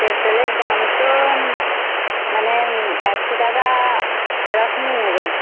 পেট্রোলের দাম তো মানে একশো টাকা এরকমই নেবে